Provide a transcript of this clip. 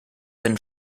been